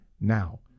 now